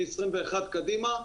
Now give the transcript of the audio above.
מ-21' קדימה,